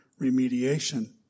remediation